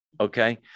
Okay